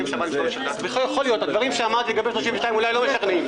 יכול להיות שהדברים שאמרתי לגבי ה-32 באמת לא משכנעים.